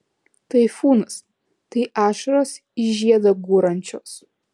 taifūnas tai ašaros į žiedą gūrančios